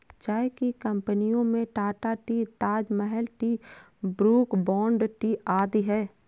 चाय की कंपनियों में Tata tea, Taj Mahal tea, Brooke Bond tea आदि है